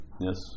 Yes